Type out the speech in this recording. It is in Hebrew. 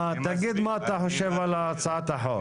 תגיד מה אתה חושב על הצעת החוק.